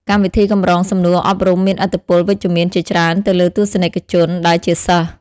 កម្មវិធីកម្រងសំណួរអប់រំមានឥទ្ធិពលវិជ្ជមានជាច្រើនទៅលើទស្សនិកជនដែលជាសិស្ស។